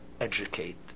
educate